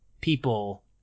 people